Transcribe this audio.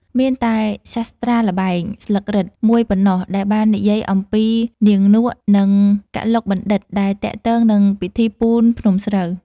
មានតែសាស្ត្រាល្បែង ស្លឹករឹត មួយប៉ុណ្ណោះ ដែលបាននិយាយអំពីនាងនក់ និងកឡុកបណ្ឌិត្យ ដែលទាក់ទងនឹងពិធីពូនភ្នំស្រូវ។